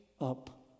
up